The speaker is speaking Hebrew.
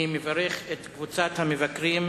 אני מברך את קבוצת המבקרים,